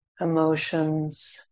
emotions